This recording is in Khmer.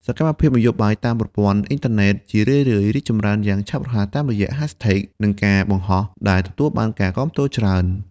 សកម្មភាពនយោបាយតាមប្រព័ន្ធអ៊ីនធឺណេតជារឿយៗរីកចម្រើនយ៉ាងឆាប់រហ័សតាមរយៈ hashtags និងការបង្ហោះដែលទទួលបានការគាំទ្រច្រើន។